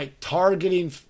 targeting